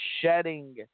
shedding